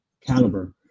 caliber